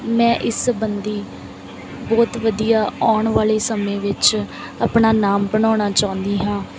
ਮੈਂ ਇਸ ਸੰਬੰਧੀ ਬਹੁਤ ਵਧੀਆ ਆਉਣ ਵਾਲੇ ਸਮੇਂ ਵਿੱਚ ਆਪਣਾ ਨਾਮ ਬਣਾਉਣਾ ਚਾਹੁੰਦੀ ਹਾਂ